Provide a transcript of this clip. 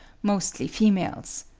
mostly females.